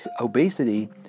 Obesity